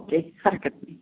okay हरकत नाही